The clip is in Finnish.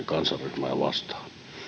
kansanryhmää vastaan